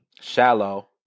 Shallow